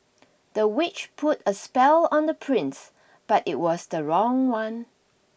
the witch put a spell on the prince but it was the wrong one